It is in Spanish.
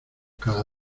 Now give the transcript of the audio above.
cada